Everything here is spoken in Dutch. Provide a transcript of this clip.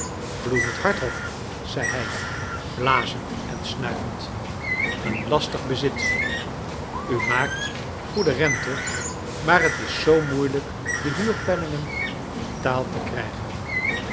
bloedend hart hof zei hij blazend en snuivend een lastig bezit u maakt goede rente maar t is zoo moeilijk de huurpenningen betaald te krijgen